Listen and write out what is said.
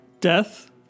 Death